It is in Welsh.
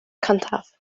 cyntaf